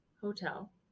hotel